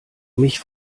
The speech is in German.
mich